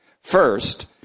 First